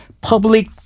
public